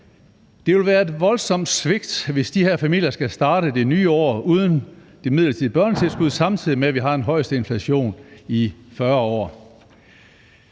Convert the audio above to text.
»Det vil være et voldsomt svigt, hvis de her familier skal starte det nye år uden det midlertidige børnetilskud, samtidig med at vi har den højeste inflation i 40 år.«